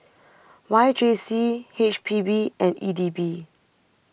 Y J C H P B and E D B